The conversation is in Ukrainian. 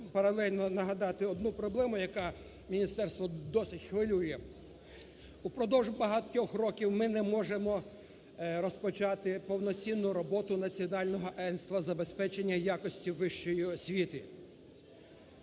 паралельно нагадати одну проблему, яка міністерство досить хвилю. Упродовж багатьох років ми не можемо розпочати повноцінну роботу Національного агентства забезпечення якості вищої освіти.